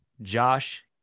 Josh